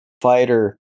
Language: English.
fighter